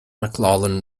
mclaughlin